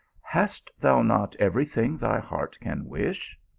hast thou not every thing thy heart can wish?